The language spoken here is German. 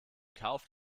kauf